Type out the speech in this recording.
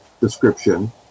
description